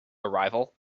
arrival